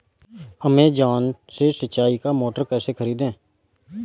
Amazon से सिंचाई का मोटर कैसे खरीदें?